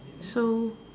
so